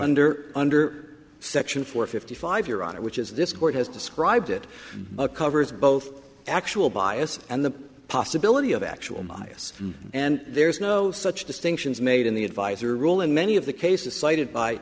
under under section four fifty five your honor which is this court has described it covers both actual bias and the possibility of actual bias and there's no such distinctions made in the advisory role in many of the cases cited by